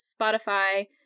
Spotify